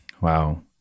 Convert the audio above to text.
wow